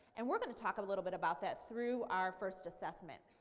and we're going to talk a little bit about that through our first assessment.